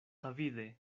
avide